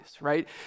right